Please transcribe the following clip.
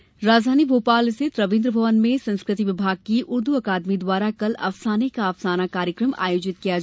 उर्दू अकादमी राजधानी भोपाल स्थित रविन्द्र भवन में संस्कृति विभाग की उर्दू अकादमी द्वारा कल अफसाने का अफसाना कार्यक्रम आयोजित किया जाएगा